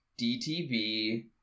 DTV